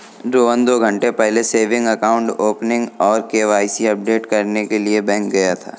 रोहन दो घन्टे पहले सेविंग अकाउंट ओपनिंग और के.वाई.सी अपडेट करने के लिए बैंक गया था